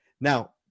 Now